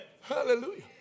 Hallelujah